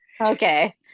Okay